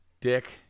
Dick